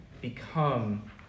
become